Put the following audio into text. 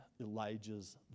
Elijah's